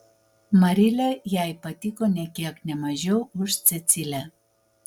marilė jai patiko nė kiek ne mažiau už cecilę